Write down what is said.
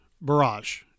Barrage